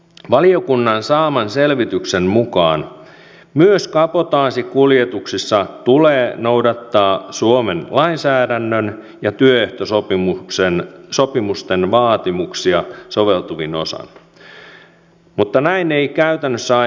valiokunnan saaman selvityksen mukaan myös kabotaasikuljetuksissa tulee noudattaa suomen lainsäädännön ja työehtosopimusten vaatimuksia soveltuvin osin mutta näin ei käytännössä aina tapahdu